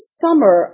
summer